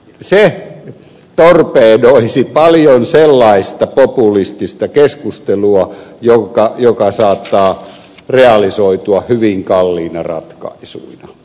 se torpedoisi paljon sellaista populistista keskustelua joka saattaa realisoitua hyvin kalliina ratkaisuina